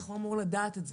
אמור לדעת את זה?